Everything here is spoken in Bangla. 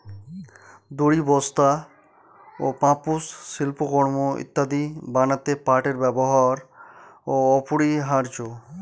দড়ি, বস্তা, পাপোষ, শিল্পকর্ম ইত্যাদি বানাতে পাটের ব্যবহার অপরিহার্য